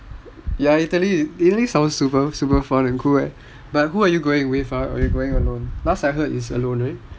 ya italy sounds super fun and cool sia but who are you going with ah last I heard is alone right